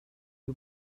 who